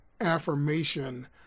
affirmation